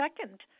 second